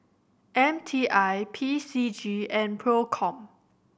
M T I P C G and Procom